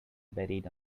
buried